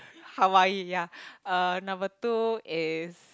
Hawaii ya uh number two is